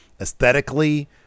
aesthetically